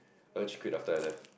urge quit after I left